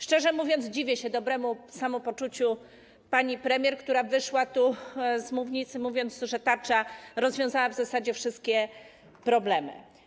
Szczerze mówiąc, dziwię się dobremu samopoczuciu pani premier, która powiedziała z tej mównicy, że tarcza rozwiązała w zasadzie wszystkie problemy.